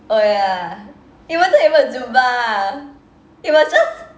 oh ya it wasn't even zumba it was just